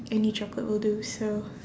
any chocolate will do so